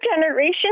generation